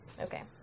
Okay